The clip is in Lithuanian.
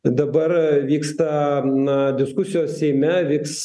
dabar vyksta na diskusijos seime vyks